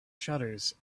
shutters